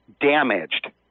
damaged